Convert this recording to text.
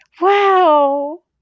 Wow